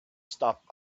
stopped